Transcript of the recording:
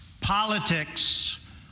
politics